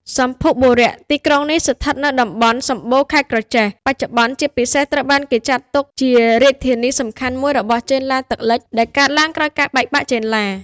សម្ភុបុរៈ ទីក្រុងនេះស្ថិតនៅតំបន់ សម្បូរ ខេត្តក្រចេះ បច្ចុប្បន្ន ជាពិសេសត្រូវបានគេចាត់ទុកជារាជធានីសំខាន់មួយរបស់ ចេនឡាទឹកលិច ដែលកើតឡើងក្រោយការបែកបាក់ចេនឡា។